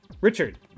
Richard